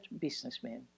businessman